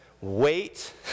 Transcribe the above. wait